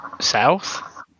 south